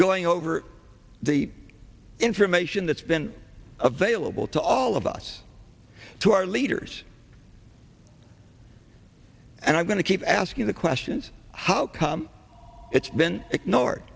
going over the information that's been available to all of us to our leaders and i'm going to keep asking the questions how come it's been ignored